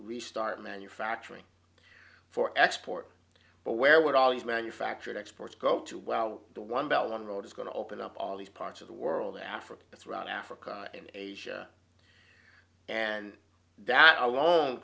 start manufacturing for export but where would all these manufactured exports go to well the one bell on the road is going to open up all these parts of the world in africa throughout africa and asia and that alone